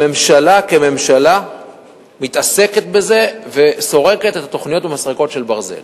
הממשלה כממשלה מתעסקת בזה וסורקת את התוכניות במסרקות של ברזל.